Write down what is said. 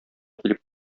килеп